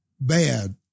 bad